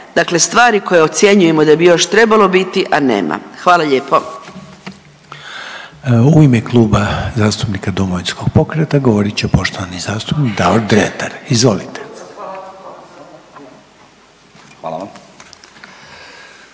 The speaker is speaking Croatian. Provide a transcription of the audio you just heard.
dakle stvari koje ocjenjujemo da bi još trebalo biti, a nema. Hvala lijepo.